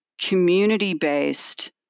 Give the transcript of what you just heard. community-based